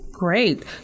Great